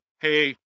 hey